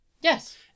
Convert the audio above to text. Yes